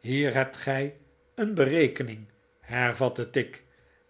hier hebt gij een berekening hervatte tigg